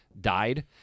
died